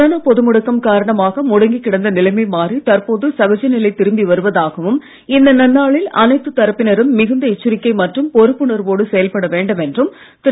corona பொது முடக்கம் காரணமாக முடங்கி கிடந்த நிலைமை மாறி தற்போது சகஜ நிலை திரும்பி வருவதாகவும் இந்த நன்னாளில் அனைத்து தரப்பினரும் மிகுந்த எச்சரிக்கை மற்றும் பொறுப்புணர்வோடு செயல்பட வேண்டும் என்றும் திரு